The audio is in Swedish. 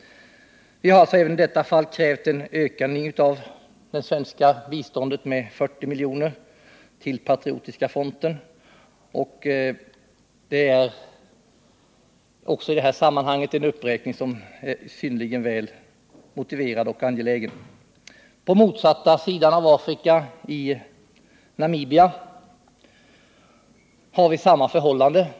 Vi har alltså krävt en ökning av det statliga biståndet med 40 milj.kr. till Patriotiska fronten. Också detta är en uppräkning som är synnerligen angelägen och väl motiverad. På motsatta sidan av Afrika, i Namibia, råder samma förhållande.